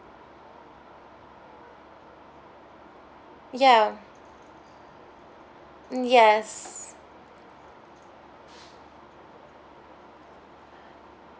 ya mm yes